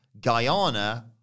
Guyana